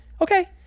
okay